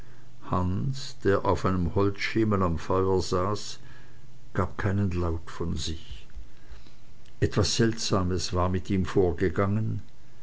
hans der auf einem holzschemel am feuer saß gab keinen laut von sich etwas seltsames war mit ihm vorgegangen